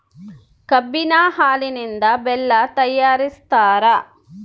ಕಬ್ಬಿನ ಹಾಲಿನಿಂದ ಬೆಲ್ಲ ತಯಾರಿಸ್ತಾರ